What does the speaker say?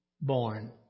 born